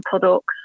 products